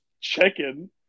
check-in